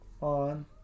on